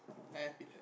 I have eleven